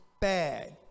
bad